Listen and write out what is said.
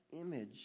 image